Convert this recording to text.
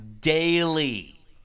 daily